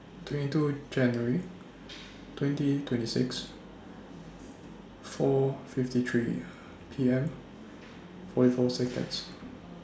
twenty two January twenty twenty six four fifty three P M forty four Seconds